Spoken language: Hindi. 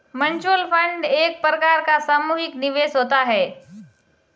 म्यूचुअल फंड एक प्रकार का सामुहिक निवेश होता है